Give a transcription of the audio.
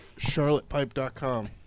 CharlottePipe.com